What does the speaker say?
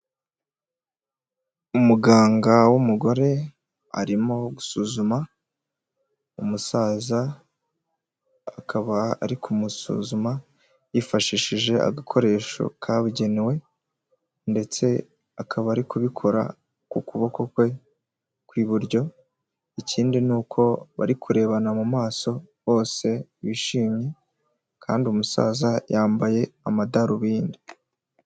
Umuganga w'umugore arimo gusuzuma umusaza akaba ari kumusuzuma yifashishije agakoresho kabugenewe ndetse akaba ari kubikora ku kuboko kwe kw'iburyo, ikindi ni uko bari kurebana mu maso bose bishimye kandi umusaza yambaye amadarubindi.